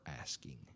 asking